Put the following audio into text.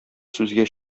сүзгә